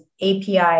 API